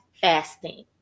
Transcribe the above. fasting